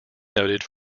noted